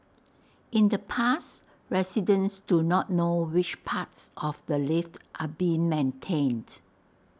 in the past residents do not know which parts of the lift are being maintained